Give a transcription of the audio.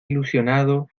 ilusionado